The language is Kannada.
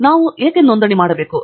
ಮತ್ತು ನಾವು ಏಕೆ ನೋಂದಣಿ ಮಾಡಬೇಕು